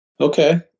Okay